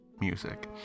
music